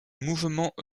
mouvement